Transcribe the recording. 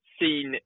seen